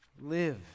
live